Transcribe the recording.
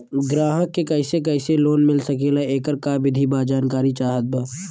ग्राहक के कैसे कैसे लोन मिल सकेला येकर का विधि बा जानकारी चाहत बा?